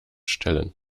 stellen